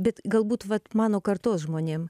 bet galbūt vat mano kartos žmonėm